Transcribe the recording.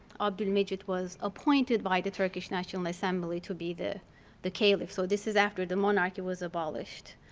abdulmejid was appointed by the turkish national assembly to be the the caliph. so this is after the monarchy was abolished.